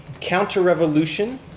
counter-revolution